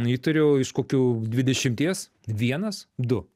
įtariu iš kokių dvidešimies vienas du